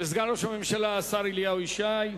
וסגן ראש הממשלה, השר אליהו ישי.